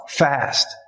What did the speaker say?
fast